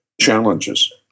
challenges